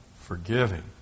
forgiving